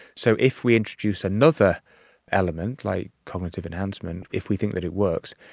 so if we introduce another element, like cognitive enhancement, if we think that it works,